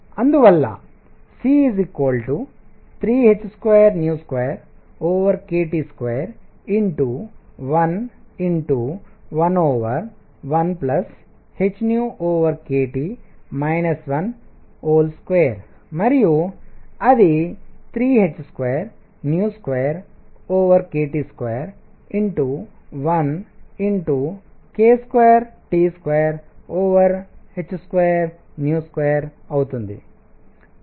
అందువల్ల C 3h22kT2111hkT 12 మరియు అది 3h22kT21k2T2h22 అవుతుంది